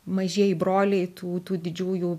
mažieji broliai tų tų didžiųjų